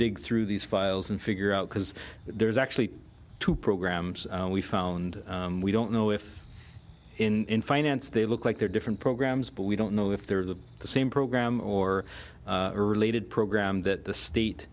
dig through these files and figure out because there's actually two programs we found we don't know if in finance they look like they're different programs but we don't know if they're the same program or are related programs that the